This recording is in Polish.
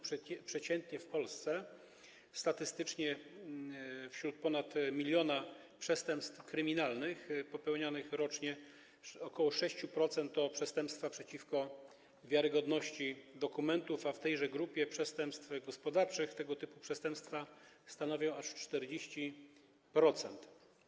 Przeciętnie w Polsce, statystycznie, wśród ponad miliona przestępstw kryminalnych popełnianych rocznie ok. 6% to przestępstwa przeciwko wiarygodności dokumentów, a w tejże grupie przestępstw gospodarczych tego typu przestępstwa stanowią aż 40%.